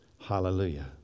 hallelujah